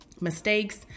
mistakes